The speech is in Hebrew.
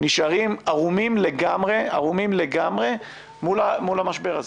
נשארים ערומים לגמרי מול המשבר הזה.